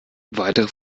weitere